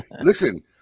Listen